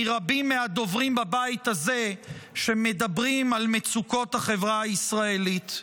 מרבים מהדוברים בבית הזה שמדברים על מצוקות החברה הישראלית.